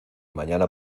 mañana